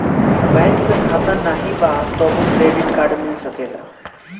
Bank में खाता नाही बा तबो क्रेडिट कार्ड मिल सकेला?